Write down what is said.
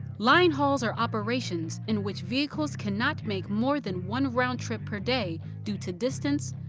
line hauls are operations in which vehicles cannot make more than one round trip per day due to distance,